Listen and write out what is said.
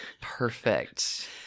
perfect